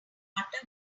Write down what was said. butter